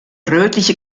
rötliche